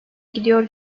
gidiyor